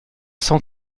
cent